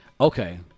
Okay